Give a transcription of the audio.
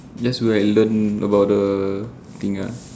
that's where I learn about the thing ah